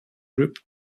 group